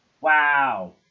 Wow